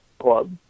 club